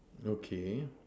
okay